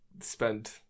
spend